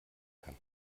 kann